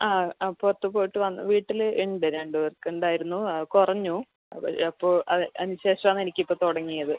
ആ ആ പുറത്ത് പോയിട്ട് വന്ന് വീട്ടിൽ ഉണ്ട് രണ്ട് പേർക്ക് ഉണ്ടായിരുന്നു കുറഞ്ഞു അപ്പോൾ അതിന് ശേഷം എനിക്കിപ്പോൾ തുടങ്ങിയത്